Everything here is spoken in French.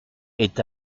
est